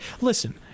Listen